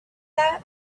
that